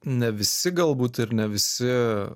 ne visi galbūt ir ne visi